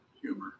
humor